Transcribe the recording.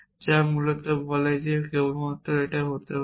যা মূলত বলে যে কেবলমাত্র হতে পারে